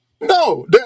No